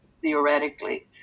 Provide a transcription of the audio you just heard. theoretically